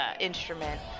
instrument